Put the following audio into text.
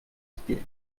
spiega